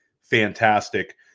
fantastic